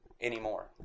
anymore